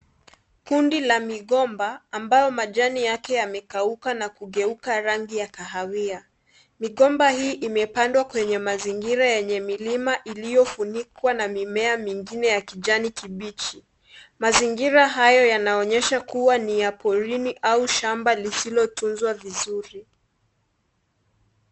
Kundi la migomba, ambayo majani yake yamegeuka na kugeuka rangi ya kahawia. Migomba hii, imepandwa kwenye mazingira yenye milima iliyo funikwa na mimea mingine ya kijani kibichi. Mazingira hayo yanaonyesha kuwa ni ya porini au shamba lisilotunzwa vizuri.